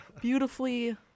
beautifully